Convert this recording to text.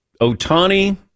Otani